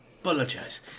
apologize